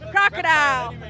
Crocodile